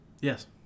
Yes